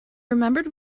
remembered